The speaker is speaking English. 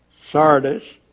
Sardis